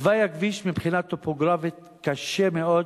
תוואי הכביש מבחינה טופוגרפית קשה מאוד,